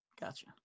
Gotcha